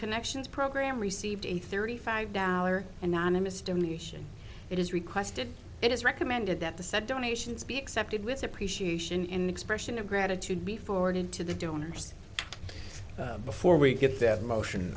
connections program received a thirty five dollars anonymous donation it is requested it is recommended that the said donations be accepted with appreciation in expression of gratitude be forwarded to the donors before we get that motion